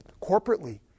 corporately